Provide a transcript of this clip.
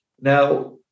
Now